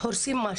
באים להרוס משהו.